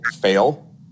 fail